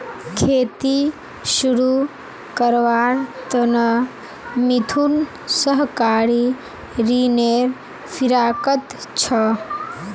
खेती शुरू करवार त न मिथुन सहकारी ऋनेर फिराकत छ